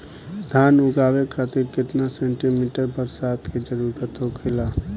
धान उगावे खातिर केतना सेंटीमीटर बरसात के जरूरत होखेला?